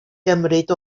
gymryd